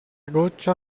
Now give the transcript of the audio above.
goccia